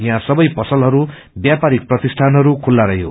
यहाँ सबै पसलहरू व्यापारिक प्रतिष्ठानहरू खुल्ला रहयो